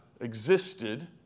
existed